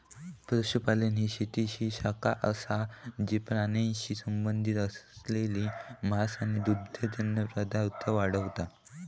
पशुपालन ही शेतीची शाखा असा जी प्राण्यांशी संबंधित असलेला मांस आणि दुग्धजन्य पदार्थ वाढवता